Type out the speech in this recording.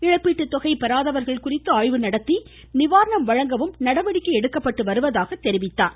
இழப்பீட்டுத் தொகை பெறாதவர்கள் குறித்து ஆய்வு நடத்தி நிவாரணம் வழங்கவும் நடவடிக்கை எடுக்கப்பட்டு வருவதாகத் தெரிவித்தார்